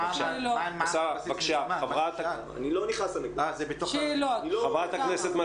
בבקשה, חברת הכנסת יוליה